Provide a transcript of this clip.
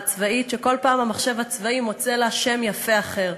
צבאית שכל פעם המחשב הצבאי מוצא לה שם יפה אחר,